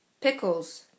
Pickles